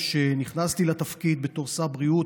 מהרגע שנכנסתי לתפקיד שר בריאות,